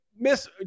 miss